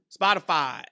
spotify